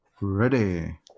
Ready